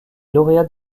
lauréat